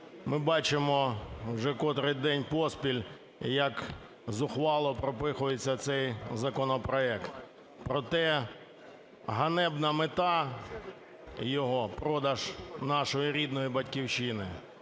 Ми бачимо вже котрий день поспіль, як зухвало пропихується цей законопроект. Проте ганебна мета його – продаж нашої рідної Батьківщини,